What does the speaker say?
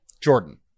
Jordan